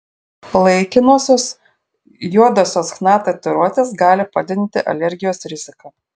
laikinosios juodosios chna tatuiruotės gali padidinti alergijos riziką